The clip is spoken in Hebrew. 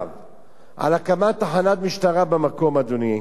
על הקמת תחנת משטרה במקום, אדוני כבוד השר.